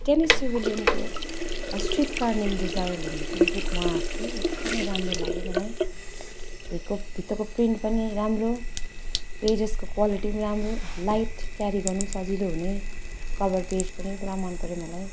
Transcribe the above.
Tennessee विलियमको a streetcar name desire भन्ने जुन बुक उहाँको थियो नि एकदमै राम्रो लाग्यो मलाई भिको भित्रको प्रिन्ट पनि राम्रो पेजेसको क्वालिटी पनि राम्रो लाइट क्यारी गर्नु पनि सजिलो हुने कभर पेज पनि पुरा मनपऱ्यो मलाई